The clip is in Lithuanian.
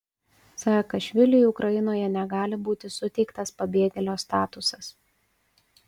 saakašviliui ukrainoje negali būti suteiktas pabėgėlio statusas